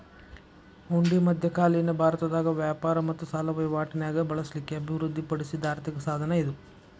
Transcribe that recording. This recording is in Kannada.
ಹುಂಡಿ ಮಧ್ಯಕಾಲೇನ ಭಾರತದಾಗ ವ್ಯಾಪಾರ ಮತ್ತ ಸಾಲ ವಹಿವಾಟಿ ನ್ಯಾಗ ಬಳಸ್ಲಿಕ್ಕೆ ಅಭಿವೃದ್ಧಿ ಪಡಿಸಿದ್ ಆರ್ಥಿಕ ಸಾಧನ ಇದು